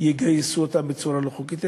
ויגייסו אותם בצורה לא חוקית,